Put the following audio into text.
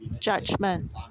judgment